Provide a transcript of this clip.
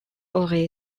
aurait